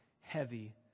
heavy